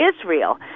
Israel